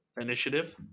initiative